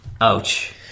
Ouch